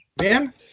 Man